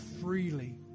freely